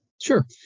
Sure